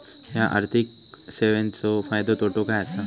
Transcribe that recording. हया आर्थिक सेवेंचो फायदो तोटो काय आसा?